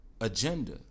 agenda